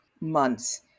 months